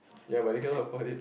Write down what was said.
ya but you cannot afford it